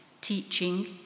teaching